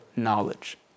knowledge